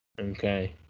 Okay